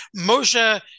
Moshe